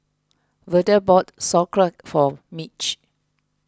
Verda bought Sauerkraut for Mitch